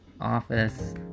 Office